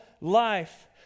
life